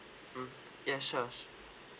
mm ya sure